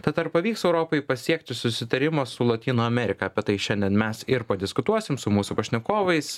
tad ar pavyks europai pasiekti susitarimą su lotynų amerika apie tai šiandien mes ir padiskutuosim su mūsų pašnekovais